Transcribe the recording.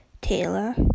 Taylor